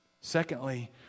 Secondly